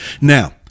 Now